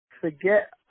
forget